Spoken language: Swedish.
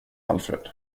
alfred